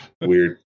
weird